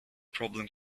problem